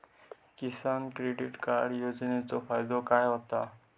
किसान credit card योजनेचो फायदो काय होता?